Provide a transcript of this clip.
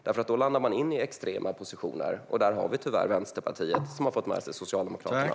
Då hamnar man i extrema positioner. Där har vi tyvärr Vänsterpartiet, som har fått med sig Socialdemokraterna.